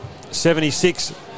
76